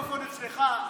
המיקרופון אצלך,